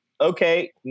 okay